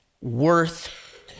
worth